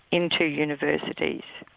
into universities.